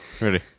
Ready